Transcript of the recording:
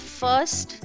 first